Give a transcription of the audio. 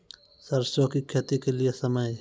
सरसों की खेती के लिए समय?